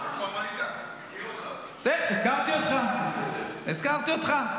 --- הזכרתי אותך, הזכרתי אותך.